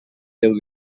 déu